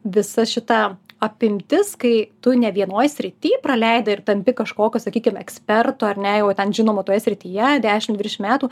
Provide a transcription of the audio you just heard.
visa šita apimtis kai tu ne vienoj srity praleidai ir tampi kažkokiu sakykim ekspertu ar ne jau ten žinomu toje srityje dešimt virš metų